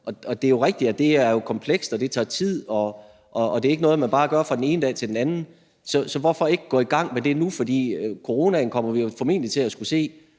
Det er jo rigtigt, at det er komplekst, og at det tager tid, og at det ikke er noget, man bare gør fra den ene dag til den anden, så hvorfor ikke gå i gang med det nu? For coronaen kommer vi jo formentlig til at skulle se